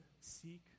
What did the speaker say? seek